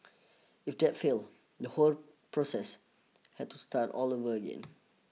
if that failed the whole process had to start all over again